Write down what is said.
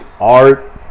art